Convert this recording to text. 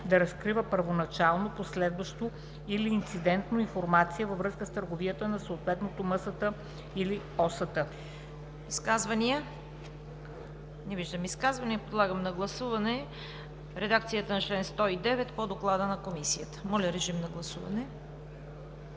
да разкрива първоначално, последващо или инцидентно информация във връзка с търговията на съответната МСТ или ОСТ.“